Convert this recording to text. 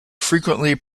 frequently